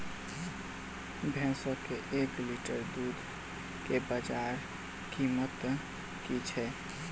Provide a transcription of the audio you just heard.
भैंसक एक लीटर दुध केँ बजार कीमत की छै?